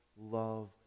love